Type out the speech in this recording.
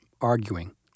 arguing